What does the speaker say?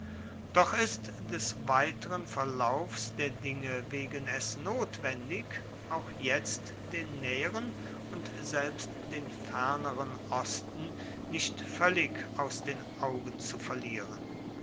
doch ist des weiteren verlaufs der dinge wegen es notwendig auch jetzt den näheren und selbst den ferneren osten nicht völlig aus den augen zu verlieren